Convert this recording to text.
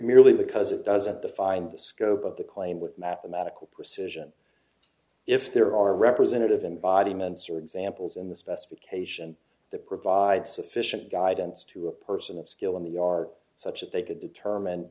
merely because it doesn't define the scope of the claim with mathematical precision if there are representative embodiments or examples in the specification the provide sufficient guidance to a person of skill in the are such that they could determine